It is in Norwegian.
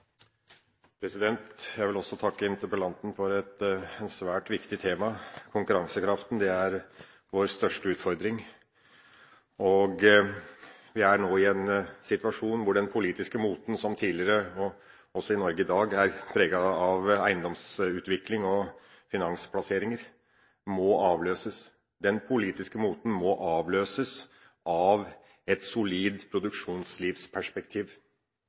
vår største utfordring, og vi er nå i en situasjon hvor den politiske moten, som tidligere, og også i Norge i dag, er preget av eiendomsutvikling og finansplasseringer, må avløses. Den politiske moten må avløses av et solid produksjonslivsperspektiv